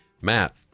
Matt